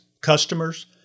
customers